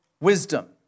wisdom